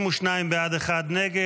32 בעד, אחד נגד.